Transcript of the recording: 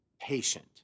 patient